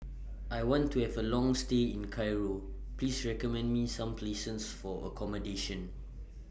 I want to Have A Long stay in Cairo Please recommend Me Some For accommodation